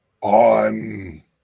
On